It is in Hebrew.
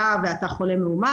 היה ואתה חולה מאומת,